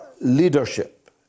leadership